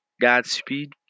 Godspeed